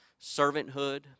servanthood